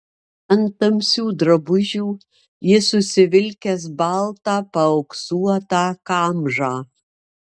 ant tamsių drabužių jis užsivilkęs baltą paauksuotą kamžą